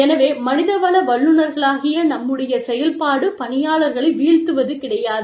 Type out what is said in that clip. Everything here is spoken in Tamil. எனவே மனிதவள வல்லுநர்களாகிய நம்முடைய செயல்பாடு பணியாளர்களை வீழ்த்துவது கிடையாது